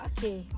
Okay